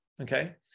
Okay